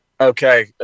Okay